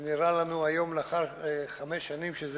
היום, לאחר חמש שנים,